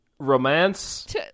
romance